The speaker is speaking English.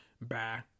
Bye